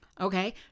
okay